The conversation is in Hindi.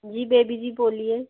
जी बेबी जी बाेलिए